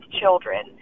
children